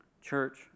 Church